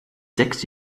sechs